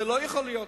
זה לא יכול להיות,